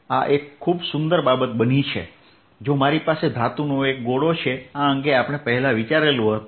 આ ખૂબ સુંદર બાબત બની છે જો મારી પાસે ધાતુનો ગોળો છેઆ અંગે આપણે પહેલા વિચાર્યું હતું